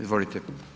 Izvolite.